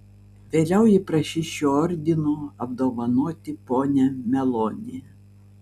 vėliau ji prašys šiuo ordinu apdovanoti ponią meloni